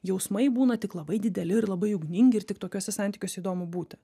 jausmai būna tik labai dideli ir labai ugningi ir tik tokiuose santykiuose įdomu būti